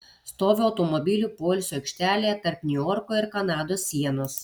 stoviu automobilių poilsio aikštelėje tarp niujorko ir kanados sienos